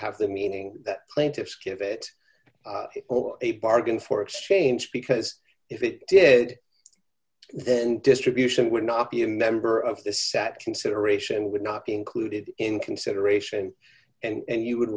have the meaning plaintiff's give it a bargain for exchange because if it did then distribution would not be a member of the sat consideration would not be included in consideration and you would